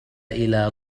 إلى